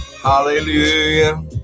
Hallelujah